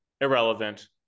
Irrelevant